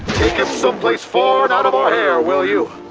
take him someplace far and out of our hair will you?